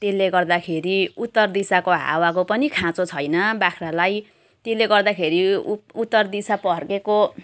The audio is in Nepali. त्यसले गर्दाखेरि उत्तर दिशाको हावाको पनि खाँचो छैन बाख्रालाई त्यसले गर्दाखेरि उप उत्तर दिशा फर्किएको